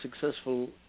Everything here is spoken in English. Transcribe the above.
successful